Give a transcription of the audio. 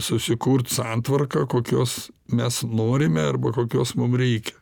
susikurt santvarką kokios mes norime arba kokios mum reikia